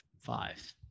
Five